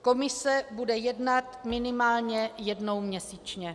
Komise bude jednat minimálně jednou měsíčně.